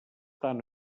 tant